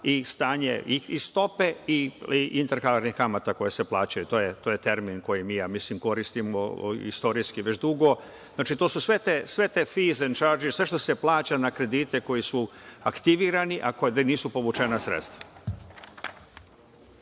kredita, i stope i interkalarnih kamata koje se plaćaju. To je termin koji mi, mislim, koristimo istorijski već dugo. Znači, to su sve te „fiz end čardžiz“, sve što se plaća na kredite koji su aktivirani, a nisu povučena sredstva. Moje